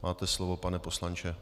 Máte slovo, pane poslanče.